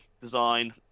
design